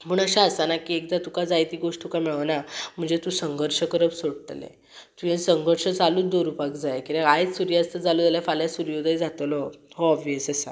पूण अशें आसना की एकदा तुका जाय ती गोश्ट तुका मेळोना म्हणजे तूं संघर्श करप सोडटलें तुवें संघर्श चालूच दवरुपाक जाय किद्याक आयज सुर्यास्त जालो जाल्यार फाल्यां सुर्योदय जातलो हो ओबियस आसा